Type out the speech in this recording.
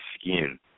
skin